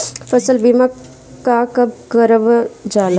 फसल बीमा का कब कब करव जाला?